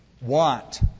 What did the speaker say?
want